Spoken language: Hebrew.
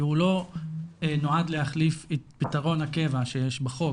והוא לא נועד להחליף את פתרון הקבע שיש בחוק,